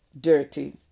dirty